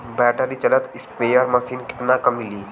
Battery चलत sprayer machine कितना क मिली?